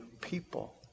people